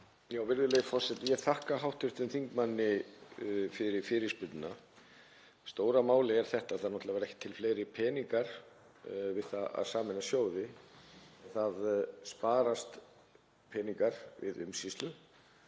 Virðulegi forseti. Ég þakka hv. þingmanni fyrir fyrirspurnina. Stóra málið er þetta: Það verða náttúrlega ekki til fleiri peningar við það að sameina sjóði en það sparast peningar við umsýslu